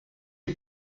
est